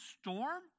storm